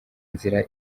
inzira